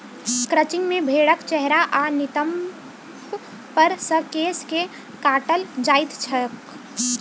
crutching मे भेंड़क चेहरा आ नितंब पर सॅ केश के काटल जाइत छैक